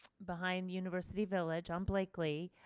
behind university village on blakely.